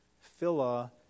Phila